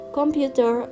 computer